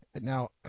Now